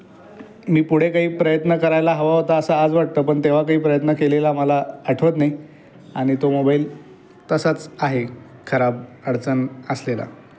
मी पुढे काही प्रयत्न करायला हवा होता असं आज वाटतं पण तेव्हा काही प्रयत्न केलेला मला आठवत नाही आणि तो मोबाईल तसाच आहे खराब अडचण असलेला